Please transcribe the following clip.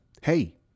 Hey